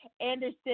Anderson